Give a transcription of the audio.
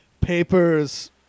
papers